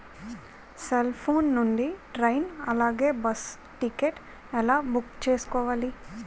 Cell phone నుండి train అలాగే bus ticket ఎలా బుక్ చేసుకోవాలి?